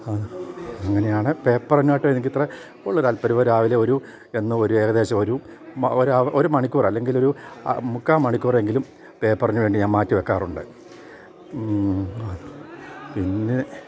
അങ്ങനെയാണ് പേപ്പറിനോട് എനിക്ക് ഇത്ര താല്പര്യം രാവിലെ ഒരു എന്നും ഒരു ഏകദേശം ഒരു ഒരു മണിക്കൂർ അല്ലെങ്കിൽ ഒരു മുക്കാൽ മണിക്കൂറെങ്കിലും പേപ്പറിന് വേണ്ടി ഞാൻ മാറ്റി വയ്ക്കാറുണ്ട് പിന്നെ